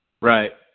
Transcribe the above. Right